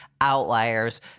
outliers